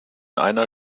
einer